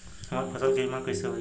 हमरा फसल के बीमा कैसे होई?